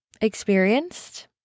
experienced